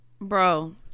bro